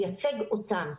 לייצג אותם.